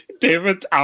David